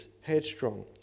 headstrong